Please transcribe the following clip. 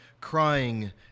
crying